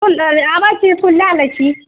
फूल आबै छी फूल लै लय छी